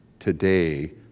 Today